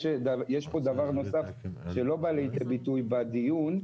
שיש פה דבר נוסף שלא בא לידי ביטוי בדיון,